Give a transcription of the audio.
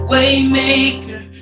Waymaker